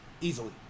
Easily